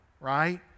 right